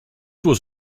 was